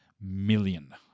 million